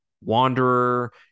Wanderer